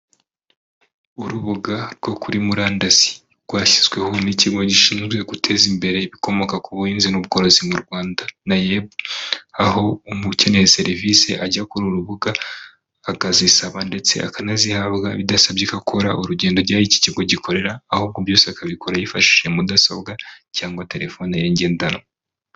Urubuga rwo kuri murandasi, rwashyizweho n'ikigo gishinzwe guteza imbere ibikomoka ku buhinzi n'ubworozi mu Rwanda Nayebu, aho umuntu ukeneye serivisi ajya ku rubuga, akazisaba ndetse akanazihabwa bidasabye ko akora urugendo ajya aho iki kigo gikorera, ahubwo byose akabikora yifashishije mudasobwa cyangwa telefone ye ngendanwa.